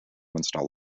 install